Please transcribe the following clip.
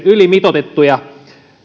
ylimitoitettuja